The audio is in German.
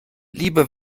liebe